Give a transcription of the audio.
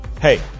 Hey